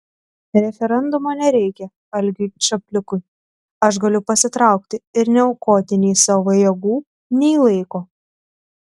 referendumo nereikia algiui čaplikui aš galiu pasitraukti ir neaukoti nei savo jėgų nei laiko